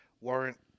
warrant